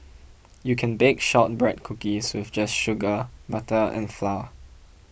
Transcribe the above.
you can bake Shortbread Cookies with just sugar butter and flour